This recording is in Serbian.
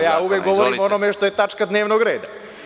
Naravno, ja uvek govorim o onome što je tačka dnevnog reda.